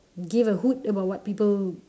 give a hoot about what people